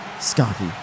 Scotty